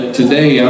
today